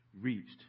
reached